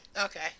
Okay